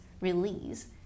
release